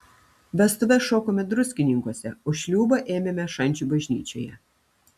vestuves šokome druskininkuose o šliūbą ėmėme šančių bažnyčioje